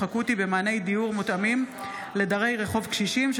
אקוטי במעני דיור מותאמים לדרי רחוב קשישים.